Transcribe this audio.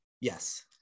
Yes